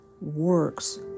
works